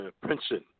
Princeton